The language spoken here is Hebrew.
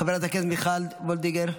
חברת הכנסת מיכל וולדיגר,